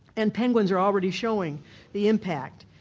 and penguins are already showing the impact.